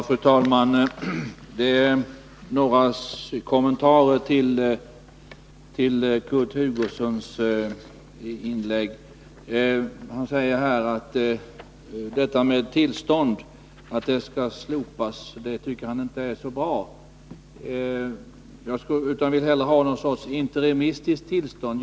Fru talman! Jag vill göra några kommentarer till Kurt Hugossons inlägg. Detta att lämplighetsprövningen skall slopas tycker Kurt Hugosson inte är så bra— han vill hellre ha någon sorts interimistiskt tillstånd.